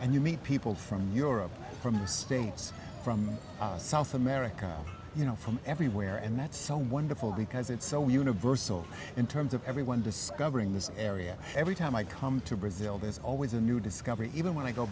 and you meet people from europe from the states from south america you know from everywhere and that's so wonderful because it's so universal in terms of everyone discovering this area every time i come to brazil there's always a new discovery even when i go